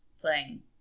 playing